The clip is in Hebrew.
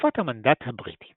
בתקופת המנדט הבריטי